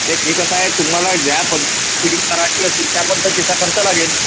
नाही ते कसं आहे तुम्हाला ज्या पद्धतीची फिटिंग करायची असेल त्या पद्धतीचा खर्च लागेल